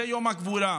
זה יום הגבורה,